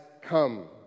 come